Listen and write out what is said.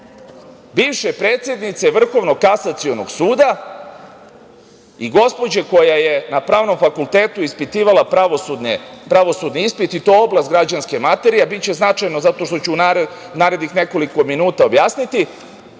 bivše predsednice Vrhovnog kasacionog suda i gospođe koja je na pravnom fakultetu ispitivala pravosudni ispit i to oblast građanske materije, a biće značajno zato što ću u narednih nekoliko minuta objasniti,